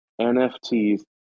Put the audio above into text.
NFTs